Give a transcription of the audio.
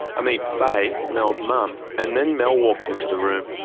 i meet faye, mel's mum, and then mel walks into the room.